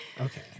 Okay